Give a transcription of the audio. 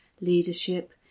leadership